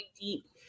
deep